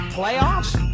playoffs